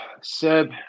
Seb